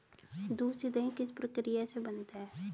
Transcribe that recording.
दूध से दही किस प्रक्रिया से बनता है?